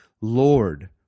Lord